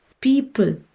people